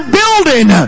building